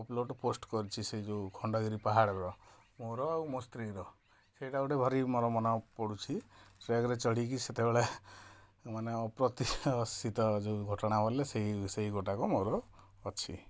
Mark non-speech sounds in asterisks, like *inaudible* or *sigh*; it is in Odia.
ଅପଲୋଡ଼୍ ପୋଷ୍ଟ କରିଛି ସେ ଯେଉଁ ଖଣ୍ଡଗିରି ପାହାଡ଼ର ମୋର ଆଉ ମୋ ସ୍ତ୍ରୀର ସେଟା ଗୋଟେ ଭାରି ମୋର ମନେ ପଡ଼ୁଛି ଟ୍ରେକରେ ଚଢ଼ିକି ସେତେବେଳେ ମାନେ *unintelligible* ଯେଉଁ ଘଟଣା ବଲେ ସେଇ ସେଇ ଗୋଟାକ ମୋର ଅଛି